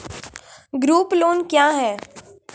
Group loan क्या है?